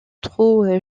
trop